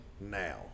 Now